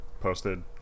posted